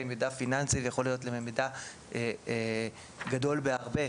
מידע פיננסי ויכול להיות להם מידע גדול בהרבה,